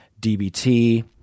DBT